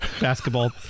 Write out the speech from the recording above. basketball